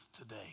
today